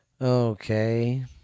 Okay